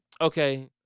Okay